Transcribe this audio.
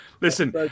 Listen